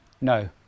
No